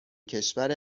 کشور